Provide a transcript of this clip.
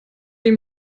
ihm